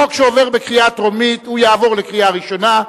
חוק שעובר בקריאה טרומית יעבור לקריאה ראשונה,